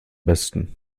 besten